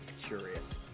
curious